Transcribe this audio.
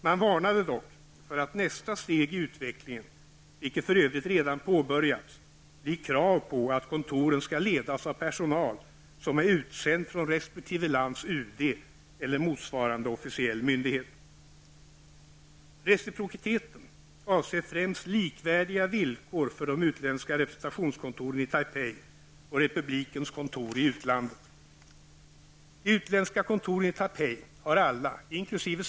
Man varnade dock för att nästa steg i utvecklingen, vilket för övrigt redan påbörjats, blir krav på att kontoren skall ledas av personal som är utsänd från resp. lands UD eller motsvarande officiell myndighet. Reciprociteten avser främst likvärdiga villkor för de utländska representationskontoren i Taipei och republikens kontor i utlandet. De utländska kontoren i Taipei har alla, inkl.